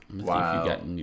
Wow